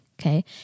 okay